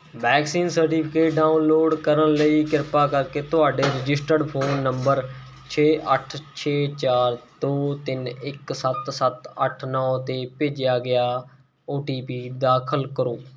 vaccine certificate download ਕਰਨ ਲਈ ਕਿਰਪਾ ਕਰਕੇ ਤੁਹਾਡੇ ਰਜਿਸਟਰਡ ਫ਼ੋਨ ਨੰਬਰ ਛੇ ਅੱਠ ਛੇ ਚਾਰ ਦੋ ਤਿੰਨ ਇੱਕ ਸੱਤ ਸੱਤ ਅੱਠ ਨੌ 'ਤੇ ਭੇਜਿਆ ਗਿਆ ਓ ਟੀ ਪੀ ਦਾਖਲ ਕਰੋ